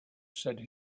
said